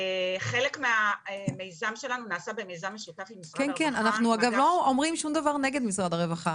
חלק מהמיזם שלנו נעשה במיזם משותף עם משרד הרווחה.